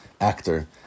actor